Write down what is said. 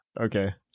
Okay